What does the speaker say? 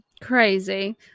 Crazy